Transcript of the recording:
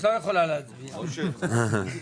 הצבעה אושרה.